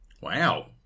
Wow